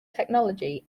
technology